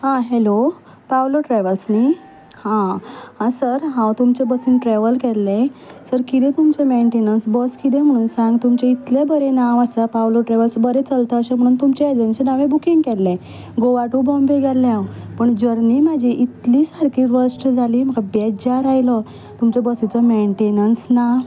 हा hello Paulo travels न्ही हा सर हांव तुमच्या बसीन ट्रेवल केल्लें सर किदें तुमचें मेन्टेंन्स बस किदें म्हूण सांग तुमचें इतलें बरें नांव पावलो ट्रेवल्स बरें चलता अशें म्हुणोन तुमचें हितूनसून हांवें बुकींग केल्लें गोवा टू बॉम्बे गेल्लें हांव जर्नी म्हाजी इतली सारकी वस्ट जाली म्हाका बेज्जार आयलो तुमच्या बसीचो मेन्टेंन्स ना